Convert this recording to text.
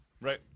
Right